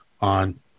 on